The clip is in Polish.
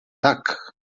tak